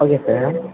okay sir